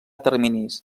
terminis